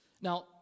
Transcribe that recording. Now